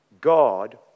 God